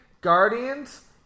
Guardians